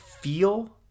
feel